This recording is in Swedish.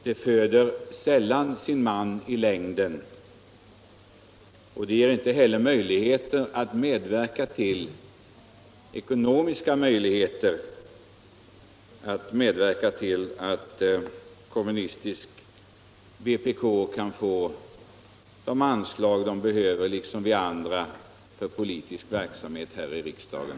Det föder sällan sin man i längden, och det ger inte heller ekonomiska möjligheter att medverka till att vpk kan'få de anslag som partiet behöver, lika litet som vi andra, för att bedriva politisk verksamhet här i riksdagen.